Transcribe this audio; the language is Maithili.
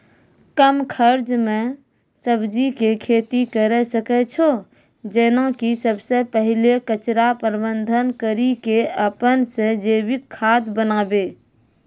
कम खर्च मे सब्जी के खेती करै सकै छौ जेना कि सबसे पहिले कचरा प्रबंधन कड़ी के अपन से जैविक खाद बनाबे?